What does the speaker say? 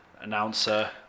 announcer